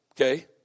Okay